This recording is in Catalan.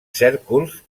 cèrcols